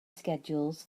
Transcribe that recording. schedules